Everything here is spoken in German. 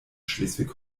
schleswig